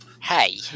hey